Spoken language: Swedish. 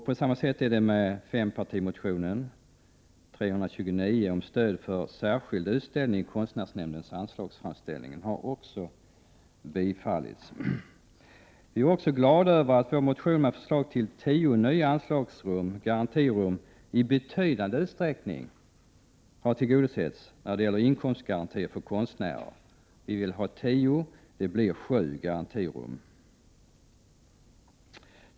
På samma sätt har anslagsframställan i fempartimotionen Kr329 om stöd för en särskild utställning i konstnärsnämnden tillstyrkts. Vi är också glada för att vår motion med förslag till tio nya garantirum i betydande utsträckning har tillgodosetts när det gäller inkomstgarantier för konstnärer. Vi vill ha tio, och det blir sju garantirum.